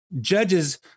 judges